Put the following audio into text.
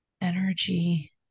energy